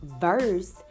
verse